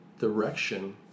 direction